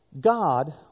God